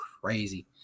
crazy